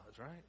right